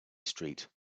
street